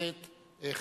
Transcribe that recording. הכנסת חנין.